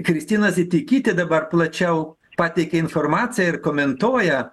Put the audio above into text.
kristina zitikytė dabar plačiau pateikė informaciją ir komentuoja